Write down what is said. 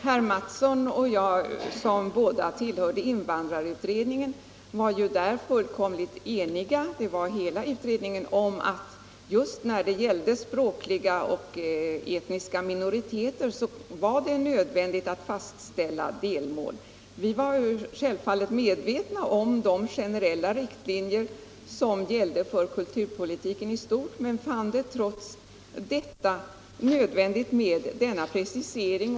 Herr talman! Herr Mattsson i Lane-Herrestad och jag, som båda tillhörde invandrarutredningen, var där fullkomligt eniga — det var alla i utredningen — om att det, just när det gällde språkliga och etniska minoriteter, var nödvändigt att fastställa delmål. Vi var självfallet medvetna om de generella riktlinjer som gällde för kulturpolitiken i stort, men fann det ändå nödvändigt med denna precisering.